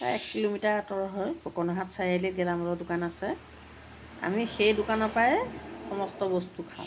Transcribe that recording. প্ৰায় এক কিলোমিটাৰ আঁতৰ হয় ফুকনহাট চাৰিআলিত গেলামালৰ দোকান আছে আমি সেই দোকানৰ পৰাই সমস্ত বস্তু খাওঁ